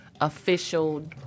Official